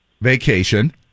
vacation